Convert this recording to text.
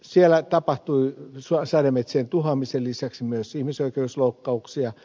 siellä tapahtui sademetsien tuhoamisen lisäksi myös ihmisoikeusloukkauksia